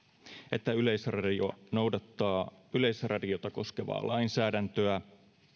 että yleisradio noudattaa yleisradiota koskevaa lainsäädäntöä